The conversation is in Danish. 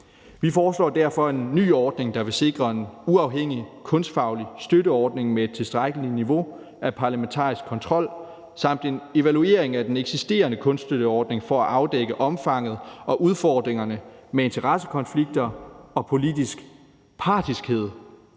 Vi foreslår derfor en ny ordning, der vil sikre en uafhængig kunstfaglig støtteordning med et tilstrækkeligt niveau af parlamentarisk kontrol samt en evaluering af den eksisterende kunststøtteordning for at afdække omfanget af og udfordringerne med interessekonflikter og politisk partiskhed